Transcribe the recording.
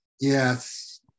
Yes